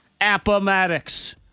Appomattox